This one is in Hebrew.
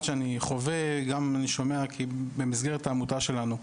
שאני חווה ושומע גם במסגרת העמותה שלנו,